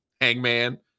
Hangman